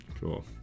Cool